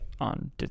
On